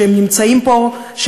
שנמצאות פה,